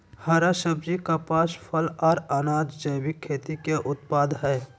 हरा सब्जी, कपास, फल, आर अनाज़ जैविक खेती के उत्पाद हय